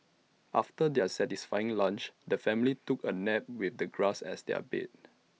after their satisfying lunch the family took A nap with the grass as their bed